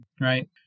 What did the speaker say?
right